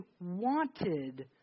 wanted